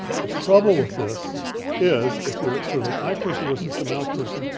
the trouble with this is, if your sort of an eye person versus a mouth person,